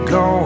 go